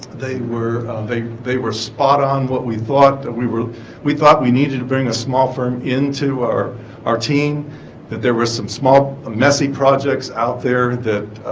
they were they they were spot on what we thought that we were we thought we needed to bring a small firm into our our team that there were some small messy projects out there that